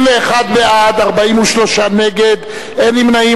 21 בעד, 43 נגד, אין נמנעים.